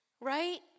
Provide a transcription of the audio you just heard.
Right